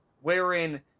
wherein